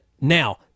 now